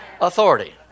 authority